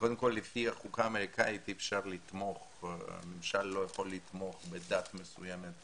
קודם כל לפי החוקה האמריקאית הממשל לא יכול לתמוך בדת מסוימת,